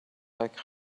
like